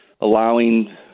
allowing